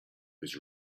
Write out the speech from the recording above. was